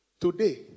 Today